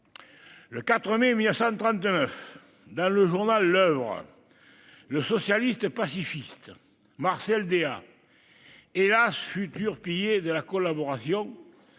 le 4 mai 1939, dans le journal, le socialiste pacifiste Marcel Déat- hélas ! futur pilier de la collaboration